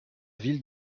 ville